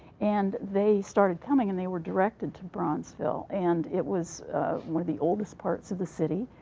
and they started coming, and they were directed to bronzeville, and it was one of the oldest parts of the city.